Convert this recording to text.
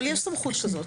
אבל יש סמכות כזאת.